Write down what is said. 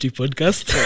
podcast